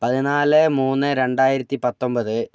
പതിനാല് മൂന്ന് രണ്ടായിരത്തിപ്പത്തൊമ്പത്